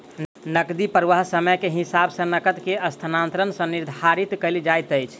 नकदी प्रवाह समय के हिसाब सॅ नकद के स्थानांतरण सॅ निर्धारित कयल जाइत अछि